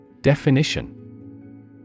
Definition